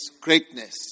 greatness